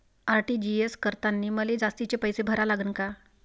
RTGS करतांनी मले जास्तीचे पैसे भरा लागन का?